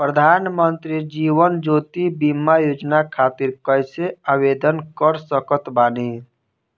प्रधानमंत्री जीवन ज्योति बीमा योजना खातिर कैसे आवेदन कर सकत बानी?